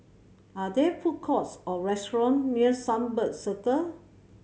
are there food courts or restaurant near Sunbird Circle